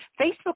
Facebook